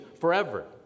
forever